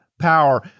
power